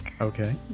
Okay